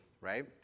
right